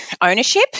ownership